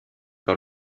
par